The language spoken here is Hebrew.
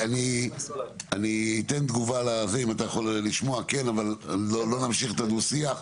אני אתן תגובה, אבל לא נמשיך את הדו-שיח,